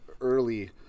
early